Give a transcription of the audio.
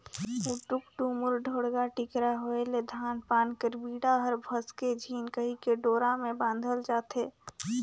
उटुक टुमुर, ढोड़गा टिकरा होए ले धान पान कर बीड़ा हर भसके झिन कहिके डोरा मे बाधल जाथे